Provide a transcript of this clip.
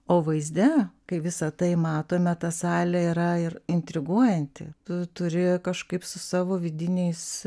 o vaizde kai visa tai matome ta salė yra ir intriguojanti tu turi kažkaip su savo vidiniais